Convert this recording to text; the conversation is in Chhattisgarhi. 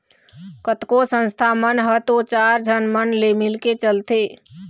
कतको संस्था मन ह तो चार झन मन ले मिलके चलथे